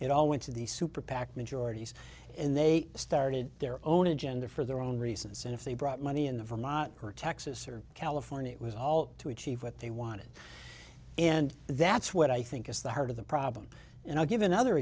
it all went to the super pac majority's and they started their own agenda for their own reasons and if they brought money in the vermont or texas or california it was all to achieve what they wanted and that's what i think is the heart of the problem and i'll give another